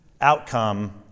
outcome